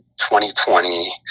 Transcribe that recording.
2020